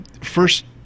first